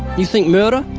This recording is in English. you think murder,